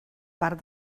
part